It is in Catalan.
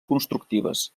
constructives